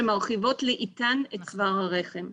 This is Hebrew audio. אשר מרחיבות לאיטן את צוואר הרחם.